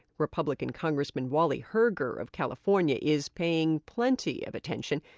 republican congressman wally herger of california is paying plenty of attention.